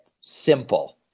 simple